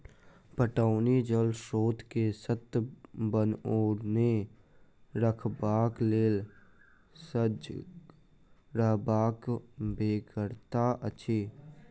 पटौनी जल स्रोत के सतत बनओने रखबाक लेल सजग रहबाक बेगरता अछि